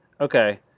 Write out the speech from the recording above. Okay